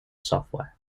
software